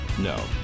No